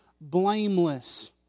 blameless